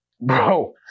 Bro